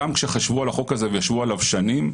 גם כשחשבו על החוק הזה וישבו עליו שנים,